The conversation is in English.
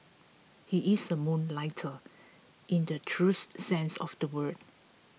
he is a moonlighter in the truest sense of the word